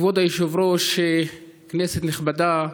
כבוד היושב-ראש, כנסת נכבדה,